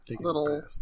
little